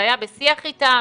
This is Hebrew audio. זה היה בשיח איתם,